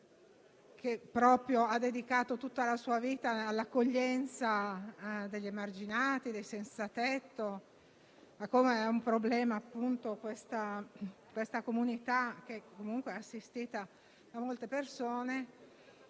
che ha dedicato tutta la sua vita all'accoglienza degli emarginati e dei senzatetto, ai problemi appunto di questa comunità, comunque assistita da molte persone,